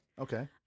Okay